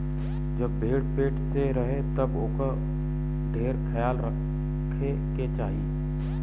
जब भेड़ पेट से रहे तब ओकर ढेर ख्याल रखे के चाही